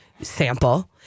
sample